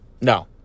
no